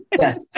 yes